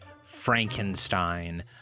Frankenstein